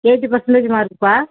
eighty percentage மார்க்குப்பா